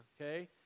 okay